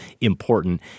important